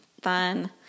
Fun